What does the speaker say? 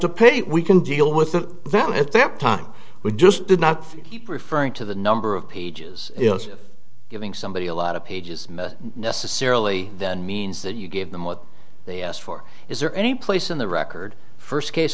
to pay we can deal with them at their time we just did not keep referring to the number of pages giving somebody a lot of pages necessarily means that you gave them what they asked for is there any place in the record first case